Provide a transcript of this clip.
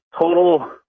total